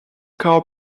car